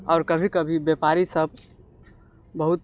आओर कभी कभी व्यापारी सभ बहुत